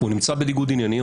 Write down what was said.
הוא נמצא בניגוד עניינים,